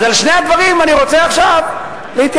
אז לשני הדברים אני רוצה עכשיו להתייחס.